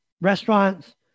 Restaurants